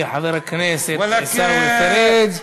(בערבית: תודה, חברי) חבר הכנסת עיסאווי פריג'.